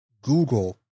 Google